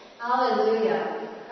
Hallelujah